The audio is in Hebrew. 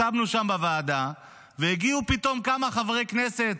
ישבנו שם בוועדה והגיעו פתאום כמה חברי כנסת.